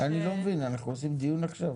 אני לא מבין, האם אנחנו עושים דיון עכשיו?